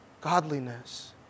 godliness